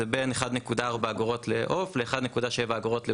זה בין 1.4 אגורות לעוף ל-1.7 אגורות לבקר.